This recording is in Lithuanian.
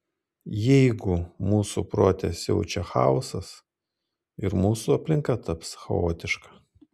jeigu mūsų prote siaučia chaosas ir mūsų aplinka taps chaotiška